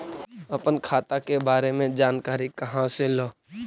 अपन खाता के बारे मे जानकारी कहा से ल?